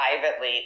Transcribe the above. privately